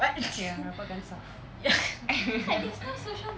ya rapatkan saf